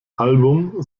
album